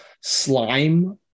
slime